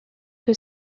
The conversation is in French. que